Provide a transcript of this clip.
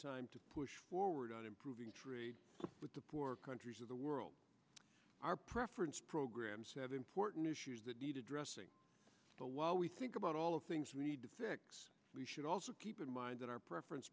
time to push forward on improving trade with the poor countries of the world our preference programs have important issues that need addressing but while we think about all of the things we need to fix we should also keep in mind that our preference